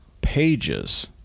pages